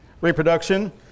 reproduction